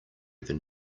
than